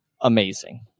amazing